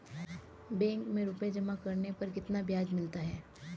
Bank में रुपये जमा करने पर कितना ब्याज मिलता है?